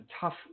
tough